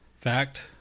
Fact